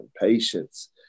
patience